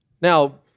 Now